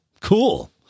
Cool